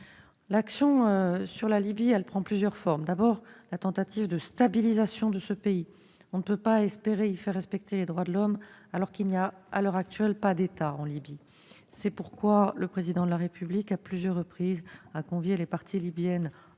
L'action sur la Libye prend plusieurs formes. Elle passe, d'abord, par la tentative de stabilisation de ce pays. On ne peut pas espérer y faire respecter les droits de l'homme alors qu'il n'y a pas, à l'heure actuelle, d'État en Libye. C'est pourquoi le Président de la République a convié, à plusieurs reprises, les parties libyennes